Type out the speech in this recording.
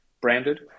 branded